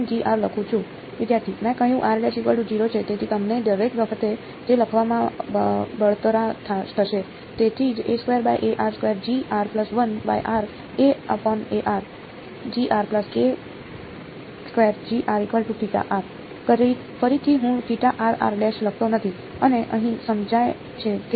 મેં કહ્યું છે તેથી તમને દરેક વખતે તે લખવામાં બળતરા થશે તેથી જ ફરીથી હું લખતો નથી અને અહીં સમજાય છે કે આ છે